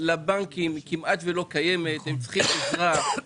לבנקים היא כמעט ולא קיימת והם צריכים עזרה.